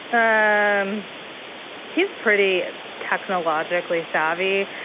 um um he's pretty and technologically savvy.